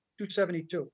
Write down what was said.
272